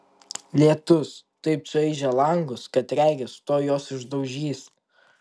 lietus taip čaižė langus kad regis tuoj juos išdaužys